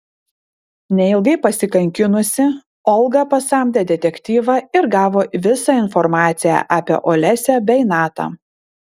neilgai pasikankinusi olga pasamdė detektyvą ir gavo visą informaciją apie olesią bei natą